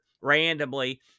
randomly